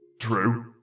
True